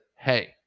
Hey